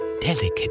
delicate